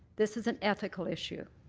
this is an ethical issue.